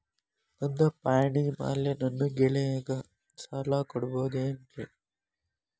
ನನ್ನ ಪಾಣಿಮ್ಯಾಲೆ ನನ್ನ ಗೆಳೆಯಗ ಸಾಲ ಕೊಡಬಹುದೇನ್ರೇ?